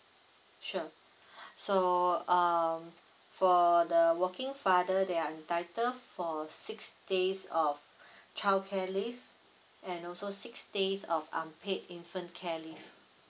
sure so um for the working father they are entitle for six days of childcare leave and also six days of unpaid infant care leave